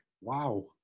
Wow